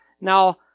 Now